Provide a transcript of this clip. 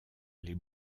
les